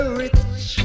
rich